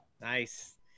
Nice